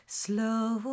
slow